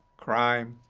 crime,